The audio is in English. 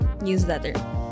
newsletter